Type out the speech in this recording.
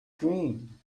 dream